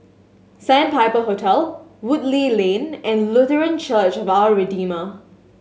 Sandpiper Hotel Woodleigh Lane and Lutheran Church of Our Redeemer